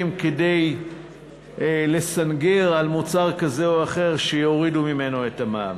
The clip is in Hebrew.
כדי לסנגר על מוצר כזה או אחר שיורידו ממנו את המע"מ.